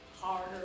harder